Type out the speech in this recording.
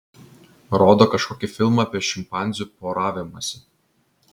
rodo kažkokį filmą apie šimpanzių poravimąsi